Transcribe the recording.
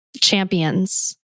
champions